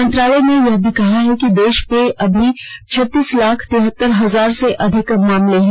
मंत्रालय ने यह भी केहा है कि देश में अभी छत्तीस लाख तिहतर हजार से अधिक मामले हैं